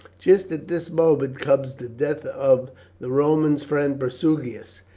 just at this moment, comes the death of the romans' friend prasutagus,